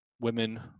women